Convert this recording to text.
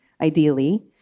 ideally